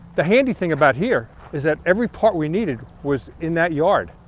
the handy thing about here is that every part we needed was in that yard.